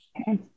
Okay